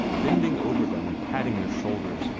bending over them and patting their shoulders,